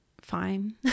fine